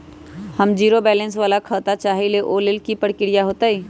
हम zero balance वाला खाता चाहइले वो लेल की की प्रक्रिया होतई?